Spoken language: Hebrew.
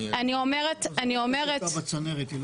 זאת חקיקה בצנרת.